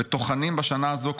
וטוחנים בשנה הזו,